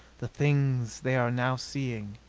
the things they are now seeing.